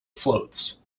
floats